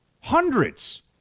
hundreds